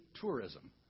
tourism